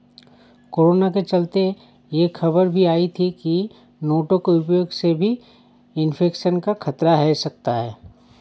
corona के चलते यह खबर भी आई थी की नोटों के उपयोग से भी इन्फेक्शन का खतरा है सकता है